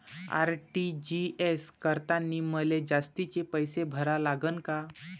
RTGS करतांनी मले जास्तीचे पैसे भरा लागन का?